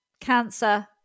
cancer